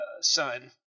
son